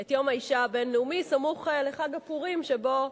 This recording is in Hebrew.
את יום האשה הבין-לאומי סמוך לחג הפורים, שבו,